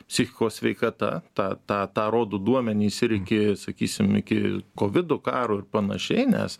psichikos sveikata tą tą tą rodo duomenys irgi sakysim iki kovido karo ir panašiai nes